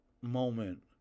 moment